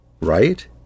Right